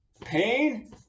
pain